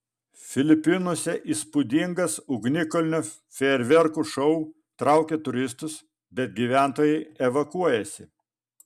filipinuose įspūdingas ugnikalnio fejerverkų šou traukia turistus bet gyventojai evakuojasi